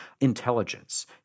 Intelligence